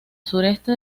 sureste